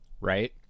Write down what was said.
right